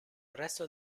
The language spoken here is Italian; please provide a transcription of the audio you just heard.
arresto